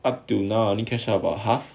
but till now I only cash up to half